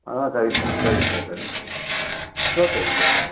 ஆ சரிங்க சார் சரிங்க சார் சரிங்க sir it's okay it's okay